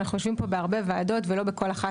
אנחנו יושבים פה בהרבה ועדות ולא בכל אחת